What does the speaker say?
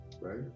right